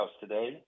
today